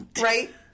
right